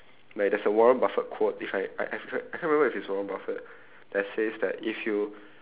like there's a warren-buffet quote if I I forge~ I can't remember if it was warren-buffet that says that if you